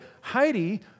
Heidi